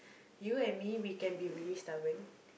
you and me we can be really stubborn